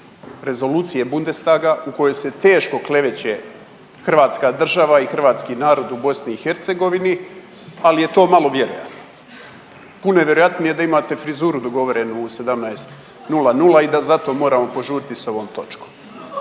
Rezolucije Bundestaga u kojoj se teško kleveće hrvatska država i hrvatski narod u BiH, ali je to malo vjerojatno. Puno je vjerojatnije da imate frizuru dogovorenu u 17,00 i da zato moramo požuriti s ovom točkom.